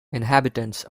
inhabitants